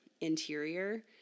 interior